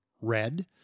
red